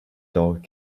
dog